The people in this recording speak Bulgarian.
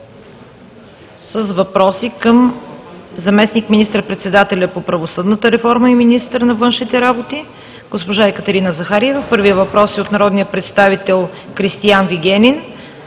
към въпроси към заместник министър-председателя по правосъдната реформа и министър на външните работи госпожа Екатерина Захариева. Първият въпрос е от народните представители Кристиан Вигенин